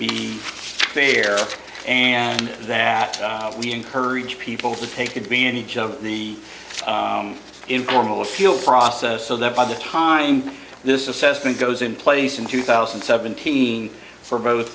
be fair and that we encourage people to take advantage of the informal field process so that by the time this assessment goes in place in two thousand and seventeen for both